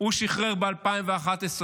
הוא שחרר ב-2011.